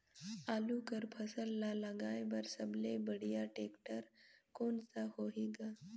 आलू कर फसल ल लगाय बर सबले बढ़िया टेक्टर कोन सा होही ग?